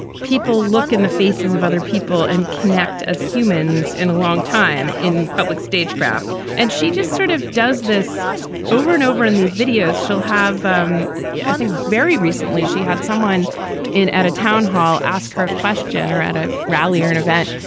people look in the faces of other people and connect as humans in a long time in public stagecraft. and she just sort of does this over and over in these videos she'll have um yeah i think very recently she had someone in at a town hall ask her a question or at a rally or an event,